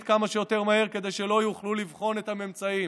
כמה שיותר מהר כדי שלא יוכלו לבחון את הממצאים,